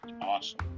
awesome